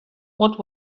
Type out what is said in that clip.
what